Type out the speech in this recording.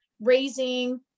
raising